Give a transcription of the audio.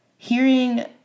Hearing